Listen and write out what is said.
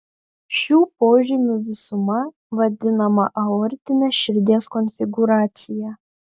šių požymių visuma vadinama aortine širdies konfigūracija